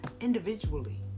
Individually